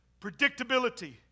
predictability